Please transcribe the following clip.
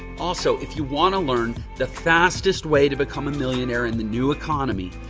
also, if you want to learn the fastest way to become a millionaire in the new economy,